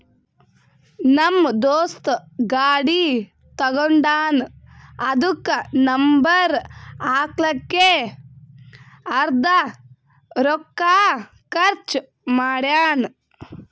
ನಮ್ ದೋಸ್ತ ಗಾಡಿ ತಗೊಂಡಾನ್ ಅದುಕ್ಕ ನಂಬರ್ ಹಾಕ್ಲಕ್ಕೆ ಅರ್ದಾ ರೊಕ್ಕಾ ಖರ್ಚ್ ಮಾಡ್ಯಾನ್